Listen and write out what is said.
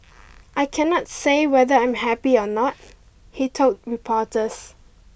I cannot say whether I'm happy or not he told reporters